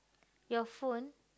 your phone